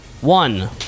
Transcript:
One